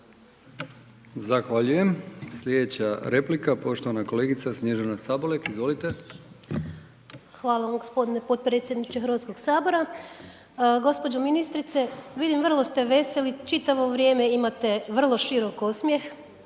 Zahvaljujem. Sljedeća replika poštovana kolegica Snježana Sabolek, izvolite. **Sabolek, Snježana (Živi zid)** Hvala g. potpredsjedniče HS-a. Gđo. ministrice, vidim, vrlo ste veseli, čitavo vrijeme imate vrlo širok osmijeh,